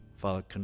Father